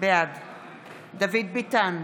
בעד דוד ביטן,